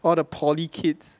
all the poly kids